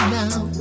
now